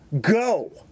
go